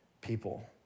people